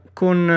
con